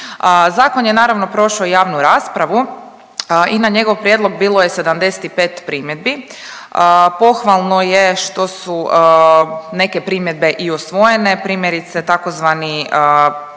Zakon je naravno prošao i javnu raspravu i na njegov prijedlog bilo je 75 primjedbi. Pohvalno je što su neke primjedbe i usvojene, primjerice tzv. period